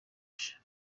usher